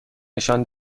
نشان